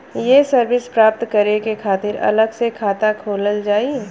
ये सर्विस प्राप्त करे के खातिर अलग से खाता खोलल जाइ?